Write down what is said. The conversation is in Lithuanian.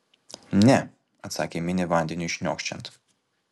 ne atsakė minė vandeniui šniokščiant